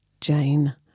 Jane